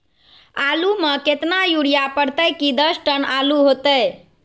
आलु म केतना यूरिया परतई की दस टन आलु होतई?